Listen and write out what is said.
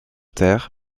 terre